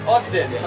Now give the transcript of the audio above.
Austin